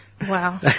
Wow